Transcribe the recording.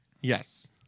Yes